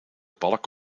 balk